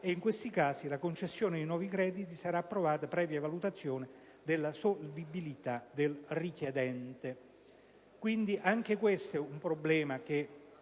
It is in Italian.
In questi casi la concessione di nuovi crediti sarà approvata previa valutazione della solvibilità del richiedente.